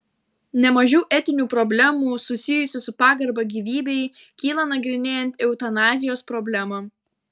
ne mažiau etinių problemų susijusių su pagarba gyvybei kyla nagrinėjant eutanazijos problemą